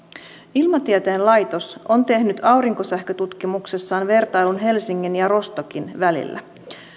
ilmatieteen laitos on tehnyt aurinkosähkötutkimuksessaan vertailun helsingin ja rostockin välillä